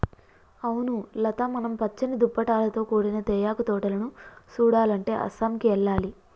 అవును లత మనం పచ్చని దుప్పటాలతో కూడిన తేయాకు తోటలను సుడాలంటే అస్సాంకి ఎల్లాలి